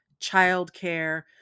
childcare